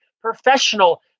professional